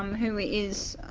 um who is